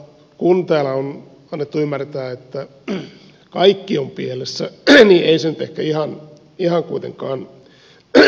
kun täällä on annettu ymmärtää että kaikki on pielessä niin ei se nyt ehkä ihan kuitenkaan niinkään ole